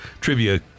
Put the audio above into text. trivia